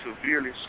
severely